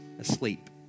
asleep